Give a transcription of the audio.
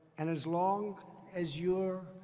and as long as you're